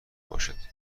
باشد